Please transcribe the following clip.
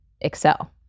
excel